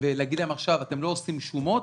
ולהגיד להם עכשיו: אתם לא עושים שומות,